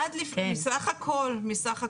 מסך הכול.